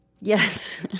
Yes